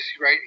right